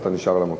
אתה נשאר על המקום.